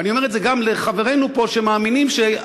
ואני אומר את זה גם לחברינו פה שמאמינים שהפתרון